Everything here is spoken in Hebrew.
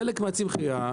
חלק מהצמחייה,